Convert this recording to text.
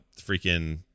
Freaking